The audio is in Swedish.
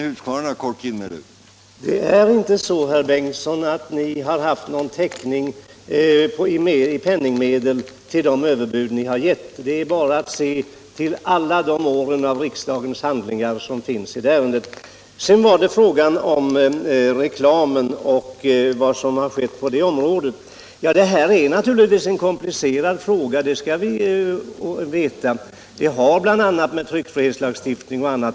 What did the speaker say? Herr talman! Det är inte så, herr Bengtson, att ni har haft någon täckning i penningmedel för de överbud som ni har gett. På den punkten är det bara att titta i alla årgångar av riksdagens handlingar i detta ärende. Alkoholreklamen och vad som har skett på det området är naturligtvis en komplicerad fråga, det skall vi veta. Den har bl.a. med tryckfrihetslagstiftning att göra.